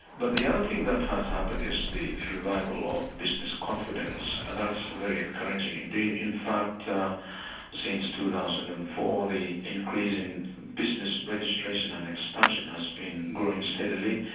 but the other thing that has happened is the revival of business confidence, and that's very encouraging indeed. in fact since two thousand and four, the increase in business registration and expansion has been growing steadily,